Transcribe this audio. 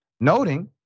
noting